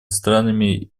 странами